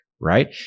Right